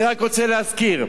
אני רק רוצה להזכיר,